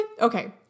Okay